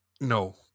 No